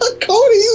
Cody